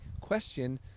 question